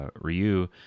Ryu